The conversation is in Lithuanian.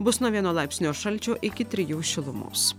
bus nuo vieno laipsnio šalčio iki trijų šilumos